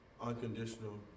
unconditional